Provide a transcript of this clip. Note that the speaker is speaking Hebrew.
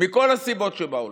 מכל הסיבות שבעולם.